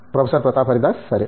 professor Pratap Haridas సరే